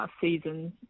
season